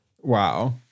wow